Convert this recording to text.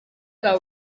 bwa